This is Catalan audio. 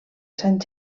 sant